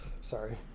sorry